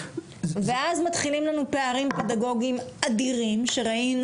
ואז מתחילים לנו פערים פדגוגיים אדירים שראינו.